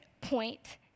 point